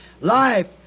Life